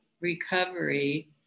recovery